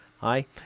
Hi